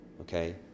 Okay